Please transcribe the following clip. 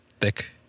thick